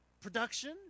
production